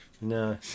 No